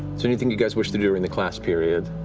so anything you guys wish to do in the class period.